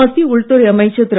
மத்திய உள்துறை அமைச்சர் திரு